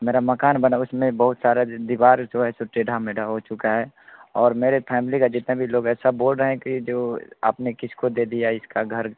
मेरा मकान बना उसमें बहुत सारा दीवार जो है टेढ़ा मेरा हो चुका है और मेरे फैमिली का जितना भी लोग है सब बोल रहे हैं कि जो आपने किसको दे दिया इसका घर